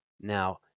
Now